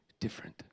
different